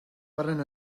varen